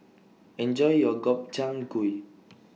Enjoy your Gobchang Gui